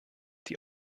die